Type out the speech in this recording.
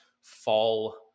fall